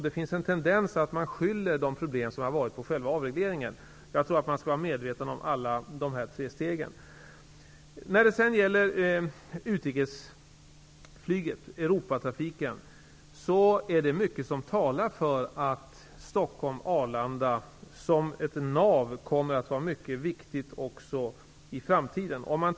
Det finns en tendens att man skyller de problem som har varit på själva avregleringen. Jag tror att vi skall vara medvetna om alla dessa tre steg. När det gäller utrikesflyget och Europatrafiken är det mycket som talar för att Stockholm--Arlanda kommer att vara mycket viktigt som ett nav också i framtiden.